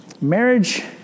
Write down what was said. marriage